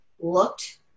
looked